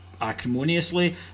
acrimoniously